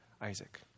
Isaac